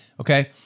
Okay